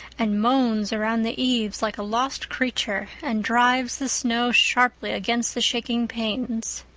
and moans around the eaves like a lost creature, and drives the snow sharply against the shaking panes.